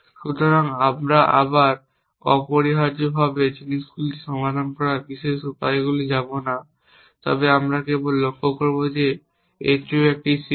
সুতরাং আবার আমরা অপরিহার্যভাবে জিনিসগুলি সমাধান করার বিশেষ উপায়গুলিতে যাব না তবে আমরা কেবল লক্ষ্য করব যে এটিও একটি CSP